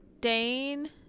Dane